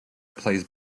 plays